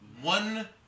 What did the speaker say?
one